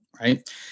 right